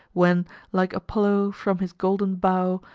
when like apollo, from his golden bow,